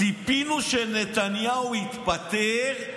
ציפינו שנתניהו יתפטר,